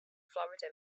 florida